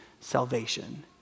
salvation